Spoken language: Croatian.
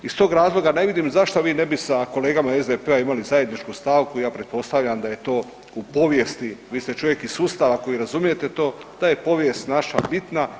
Iz toga razloga ne vidim zašto vi ne bi sa kolegama iz SDP-a imali zajedničku stavku i ja pretpostavljam da je to u povijesti, vi ste čovjek iz sustava koji razumijete to, da je povijest naša bitna